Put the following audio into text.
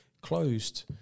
Closed